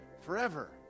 forever